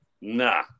nah